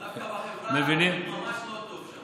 דווקא בחברה הערבית, ממש לא טוב שם.